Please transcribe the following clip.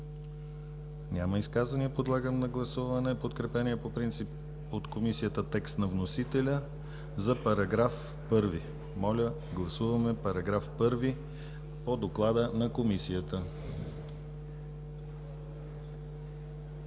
Няма изказвания. Подлагам на гласуване подкрепения по принцип от Комисията текст на вносителя за § 1. Моля, гласуваме § 1 по доклада на Комисията.